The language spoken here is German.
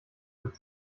mit